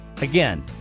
Again